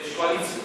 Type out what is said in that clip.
יש קואליציה.